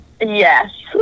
Yes